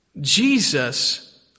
Jesus